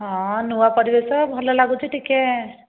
ହଁ ନୂଆ ପରିବେଶ ଭଲ ଲାଗୁଛି ଟିକେ